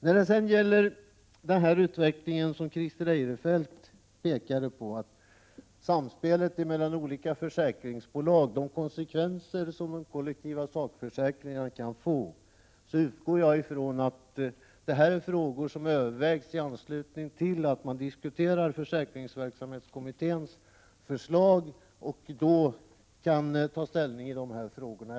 När det sedan gäller den utveckling som Christer Eirefelt pekade på, såvitt angår de konsekvenser som de kollektiva sakförsäkringarna kan få på samspelet mellan olika försäkringsbolag, utgår jag ifrån att dessa frågor övervägs i anslutning till att man diskuterar försäkringsverksamhetskommitténs förslag. Då kan man ta ställning till de frågorna.